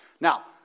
Now